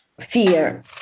fear